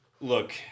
look